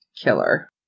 killer